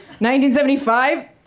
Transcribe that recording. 1975